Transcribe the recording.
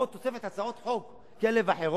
ועוד תוספת הצעות חוק כאלה ואחרות,